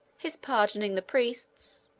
his pardoning the priests,